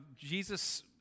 Jesus